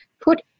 put